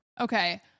Okay